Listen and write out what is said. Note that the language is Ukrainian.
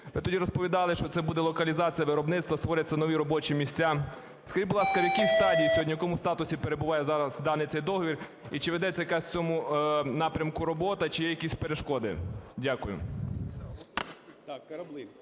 Ви тоді розповідали, що це буде локалізація виробництва, створяться нові робочі місця. Скажіть, будь ласка, в якій стадії сьогодні, в якому статусі перебуває зараз даний цей договір, і чи ведеться якась в цьому напрямку робота, чи є якісь перешкоди? Дякую.